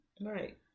Right